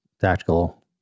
tactical